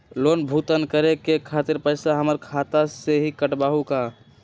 Loan भुगतान करे के खातिर पैसा हमर खाता में से ही काटबहु का?